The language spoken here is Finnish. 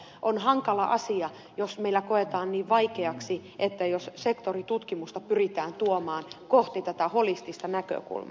on hankala asia jos meillä koetaan niin vaikeaksi se että sektoritutkimusta pyritään tuomaan kohti tätä holistista näkökulmaa